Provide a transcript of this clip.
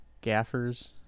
gaffers